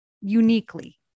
uniquely